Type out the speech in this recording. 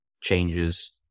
changes